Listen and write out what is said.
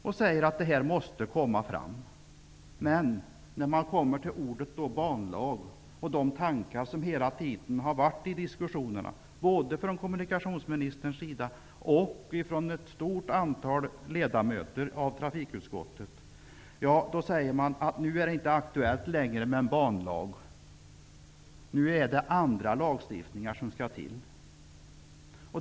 Men när man kommer till ordet banlag och de tankar som hela tiden har funnits i diskussionerna, både från kommunikationsministerns sida och från ett stort antal ledamöter i trafikutskottet, säger man att det inte längre är aktuellt med en banlag. Nu är det andra lagstiftningar som behövs.